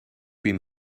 been